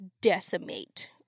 decimate